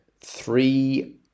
three